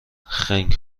خنگ